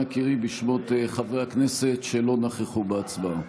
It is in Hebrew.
אנא קראי בשמות חברי הכנסת שלא נכחו בהצבעה.